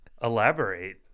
Elaborate